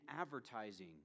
advertising